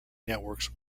networks